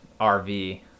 RV